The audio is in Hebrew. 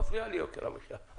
מפריע לי יוקר המחיה.